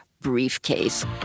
briefcase